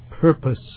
purpose